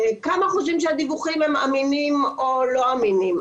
כמה חושבים שהדיווחים הם אמינים או לא אמינים.